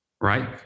Right